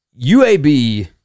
UAB